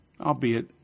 albeit